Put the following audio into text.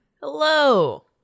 Hello